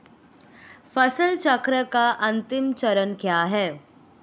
फसल चक्र का अंतिम चरण क्या है?